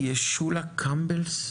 ישולה קמבליס,